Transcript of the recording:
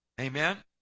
Amen